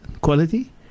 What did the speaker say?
quality